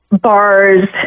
bars